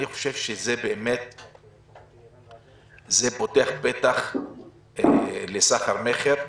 אני חושב שזה פותח פתח לסחר מכר.